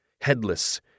headless